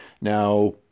Now